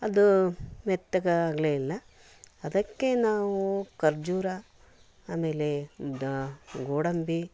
ಅದು ಮೆತ್ತಗಾಗಲೇ ಇಲ್ಲ ಅದಕ್ಕೆ ನಾವು ಖರ್ಜೂರ ಆಮೇಲೆ ಗೋಡಂಬಿ